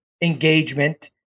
engagement